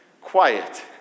quiet